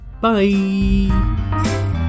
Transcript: bye